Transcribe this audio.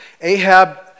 Ahab